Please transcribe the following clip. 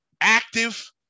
active